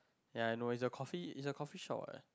ya I know it's a coffee it's a coffee shop what